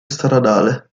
stradale